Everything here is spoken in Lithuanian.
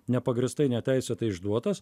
nepagrįstai neteisėtai išduotas